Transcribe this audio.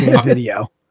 video